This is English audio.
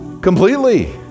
completely